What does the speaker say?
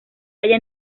halla